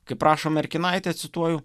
kaip rašo merkinaitė cituoju